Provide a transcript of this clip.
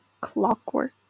clockwork